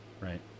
Right